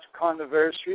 controversy